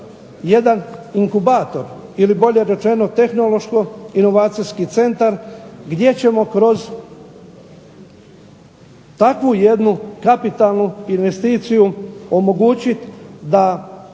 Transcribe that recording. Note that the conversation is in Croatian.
jedan inkubator ili bolje rečeno tehnološko inovacijski centar gdje ćemo kroz takvu jednu kapitalnu investiciju omogućiti da